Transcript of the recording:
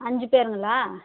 அஞ்சு பேருங்களா